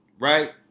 right